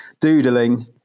doodling